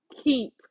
keep